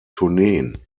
tourneen